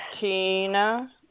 Tina